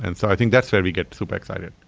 and so i think that's where we get super excited.